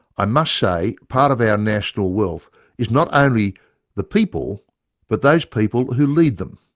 i must say part of our national wealth is not only the people but those people who lead them.